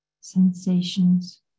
sensations